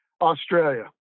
Australia